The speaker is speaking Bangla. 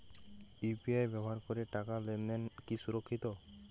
ইউ.পি.আই ব্যবহার করে টাকা লেনদেন কি সুরক্ষিত?